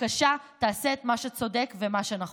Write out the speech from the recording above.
בבקשה תעשה את מה שצודק ומה שנכון.